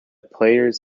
players